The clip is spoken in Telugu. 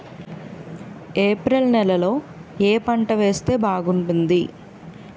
ఏప్రిల్ నెలలో ఏ పంట వేస్తే బాగుంటుంది?